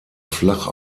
flach